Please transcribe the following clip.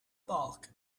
bulk